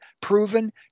proven